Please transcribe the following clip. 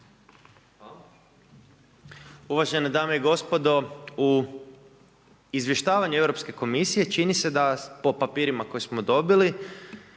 zid)** Uvažene dame i gospodo, u izvještavanje Europske komisije, čini se da, po papirima koje smo dobili,